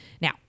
Now